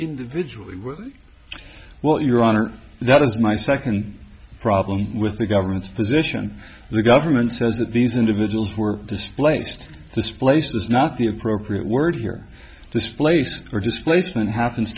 individually were well your honor that is my second problem with the government's position the government says that these individuals were displaced this place is not the appropriate word here displaced or displacement happens